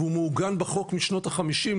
והוא מעוגן בחוק משנות החמישים,